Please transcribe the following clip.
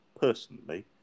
personally